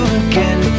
again